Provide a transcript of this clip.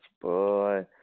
boy